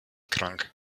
krank